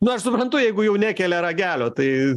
na aš suprantu jeigu jau nekelia ragelio tai